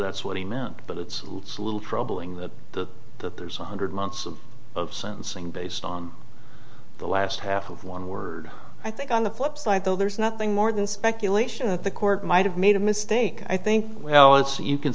that's what he meant but it's a little troubling that the that there's one hundred months of sentencing based on the last half of one word i think on the flip side though there's nothing more than speculation that the court might have made a mistake i think well it's you can